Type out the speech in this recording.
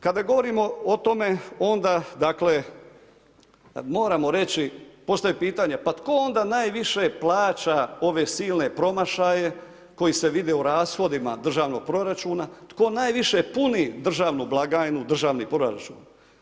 Kada govorimo o tome, onda dakle moramo reći, postavit pitanje, pa tko onda najviše plaća ove silne promašaje koji se vide u rashodima državnog proračuna, tko najviše puni državnu blagajnu, državni proračun.